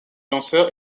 lanceur